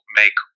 make